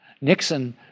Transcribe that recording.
Nixon